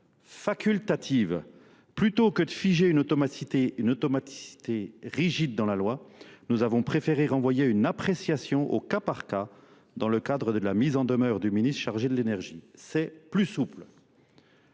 facultative. Plutôt que de figer une automaticité rigide dans la loi, nous avons préféré renvoyer une appréciation au cas par cas dans le cadre de la mise en demeure du ministre chargé de l'énergie. C'est plus souple.